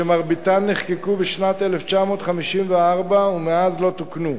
שמרביתן נחקקו בשנת 1954 ומאז לא תוקנו.